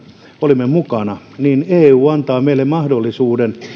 olimme mukana eu antaa meille mahdollisuuden